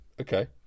Okay